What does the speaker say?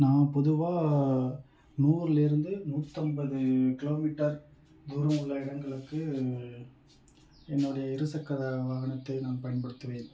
நான் பொதுவாக நூறில் இருந்து நூற்றம்பது கிலோமீட்டர் தூரம் உள்ள இடங்களுக்கு என்னுடைய இருசக்கர வாகனத்தை நான் பயன்படுத்துவேன்